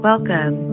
Welcome